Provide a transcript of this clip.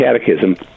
catechism